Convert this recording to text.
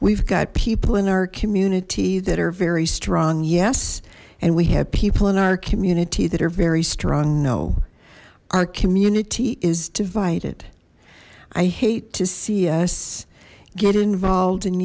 we've got people in our community that are very strong yes and we have people in our community that are very strong know our community is divided i hate to see us get involved